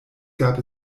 gab